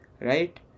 right